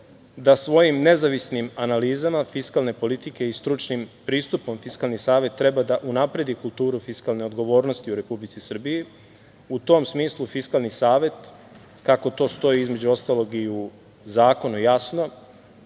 da svojim nezavisnim analizama fiskalne politike i stručnim pristupom Fiskalni savet treba da unapredi kulturu fiskalne odgovornosti u Republici Srbiji. U tom smislu, Fiskalni savet, kako to stoji između ostalog u zakonu jasno,